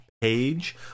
page